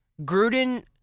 Gruden